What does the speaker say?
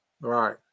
Right